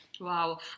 Wow